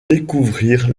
découvrir